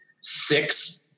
six